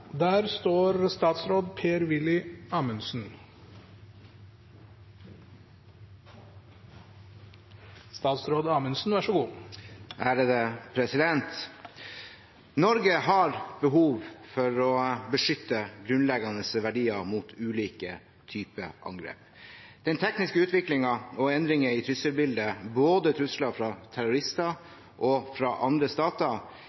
behov for å beskytte grunnleggende verdier mot ulike typer angrep. Den tekniske utviklingen og endringer i trusselbildet, både trusler fra terrorister og trusler fra andre stater,